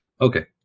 Okay